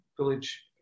village